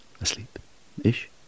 asleep-ish